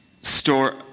store